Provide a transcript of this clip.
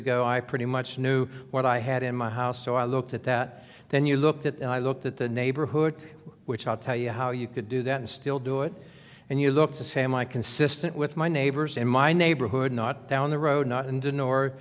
ago i pretty much knew what i had in my house so i looked at that then you looked at and i looked at the neighborhood which i'll tell you how you could do that and still do it and you look the same like consistent with my neighbors in my neighborhood not down the road not in did